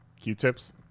Q-tips